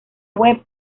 web